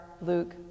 Luke